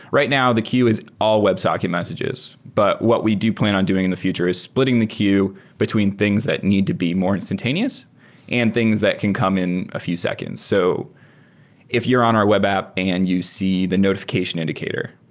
right now, the queue is all websocket messages. but what we do plan on doing in the future is splitting the queue between things that need to be more instantaneous and things that can come in a few seconds. so if you're on our web app and you see the notifi cation indicator,